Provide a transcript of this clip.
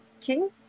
King